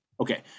Okay